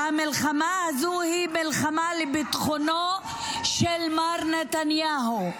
שהמלחמה הזו היא מלחמה על ביטחונו של מר נתניהו.